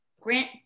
Grant